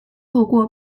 透过